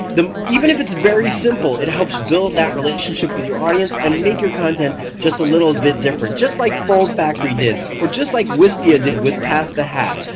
even if it's very simple it helps build that relationship with your audience, and make your content just a little bit different just like fold factory did, or just like wistia did with pass the hat.